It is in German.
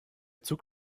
zug